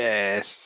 Yes